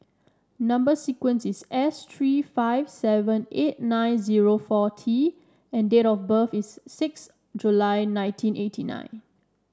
number sequence is S three five seven eight nine zero four T and date of birth is six July nineteen eighty nine